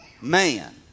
man